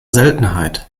seltenheit